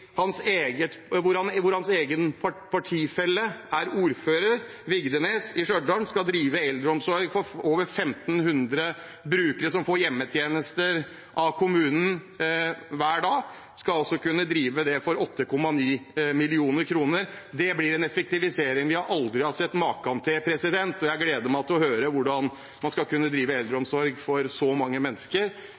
for over 1 500 brukere som får hjemmetjenester av kommunen hver dag, og det for 8,9 mill. kr. Det blir en effektivisering vi aldri har sett maken til. Jeg gleder meg til å høre hvordan man skal kunne drive eldreomsorg for så mange mennesker.